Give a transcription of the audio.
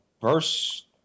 verse